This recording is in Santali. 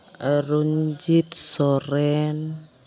ᱚᱨᱩᱱᱡᱤᱛ ᱥᱚᱨᱮᱱ